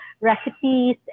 recipes